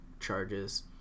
charges